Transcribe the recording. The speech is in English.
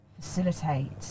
facilitate